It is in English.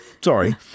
sorry